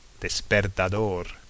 Despertador